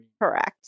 Correct